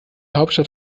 hauptstadt